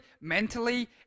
mentally